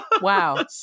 Wow